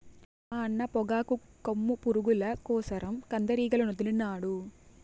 మా అన్న పొగాకు కొమ్ము పురుగుల కోసరం కందిరీగలనొదిలినాడు